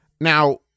now